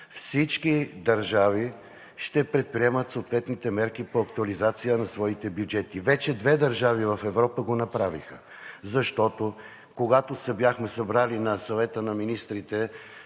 всички държави ще предприемат съответните мерки по актуализация на своите бюджети. Вече две държави в Европа го направиха. Защото, когато се бяхме събрали на Съвета на министрите